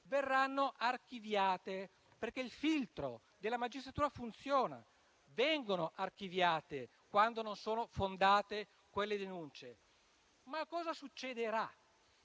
verranno archiviate, perché il filtro della magistratura funziona. Le indagini vengono archiviate, quando non sono fondate le denunce. Ma cosa succederà,